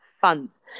funds